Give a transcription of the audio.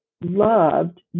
loved